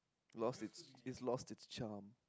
lost it's it's lost it's charm